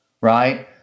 right